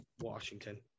Washington